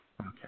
Okay